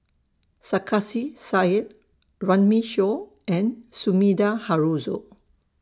Sarkasi Said Runme Shaw and Sumida Haruzo